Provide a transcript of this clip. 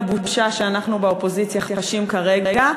אני בטוחה שגם חברי הליכוד שותפים לבושה שאנחנו באופוזיציה חשים כרגע,